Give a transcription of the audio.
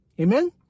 Amen